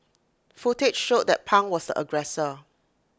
footage showed that pang was aggressor